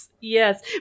yes